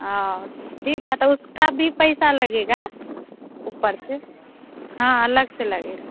ओ ठीक है तो उसका भी पैसा लगेगा ऊपर से हाँ अलग से लगेगा